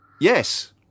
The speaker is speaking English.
Yes